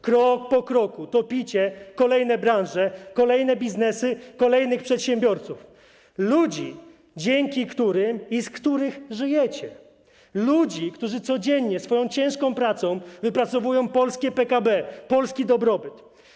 Krok po kroku topicie kolejne branże, kolejne biznesy, kolejnych przedsiębiorców - ludzi, dzięki którym i z których żyjecie, ludzi, którzy codziennie swoją ciężką pracą wypracowują polskie PKB, polski dobrobyt.